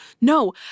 no